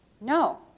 No